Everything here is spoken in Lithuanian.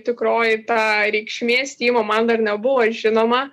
tikroji ta reikšmė stimo man dar nebuvo žinoma